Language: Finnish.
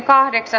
asia